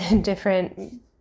different